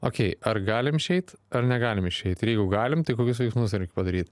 okei ar galim išeit ar negalim išeit ir jeigu galim tai kokius veiksmus reik padaryt